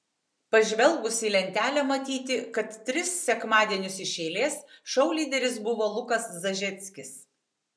pažvelgus į lentelę matyti kad tris sekmadienius iš eilės šou lyderis buvo lukas zažeckis